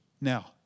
now